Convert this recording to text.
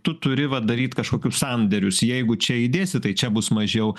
tu turi va daryt kažkokius sandėrius jeigu čia įdėsi tai čia bus mažiau